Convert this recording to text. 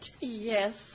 Yes